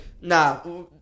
Nah